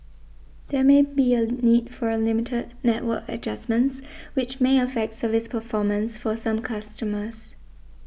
there may be a need for limited network adjustments which may affect service performance for some customers